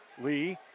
Lee